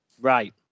Right